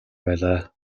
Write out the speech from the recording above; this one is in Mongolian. байлаа